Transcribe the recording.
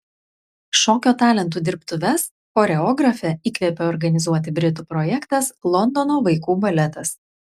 šokio talentų dirbtuves choreografę įkvėpė organizuoti britų projektas londono vaikų baletas